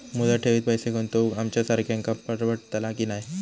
मुदत ठेवीत पैसे गुंतवक आमच्यासारख्यांका परवडतला की नाय?